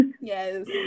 yes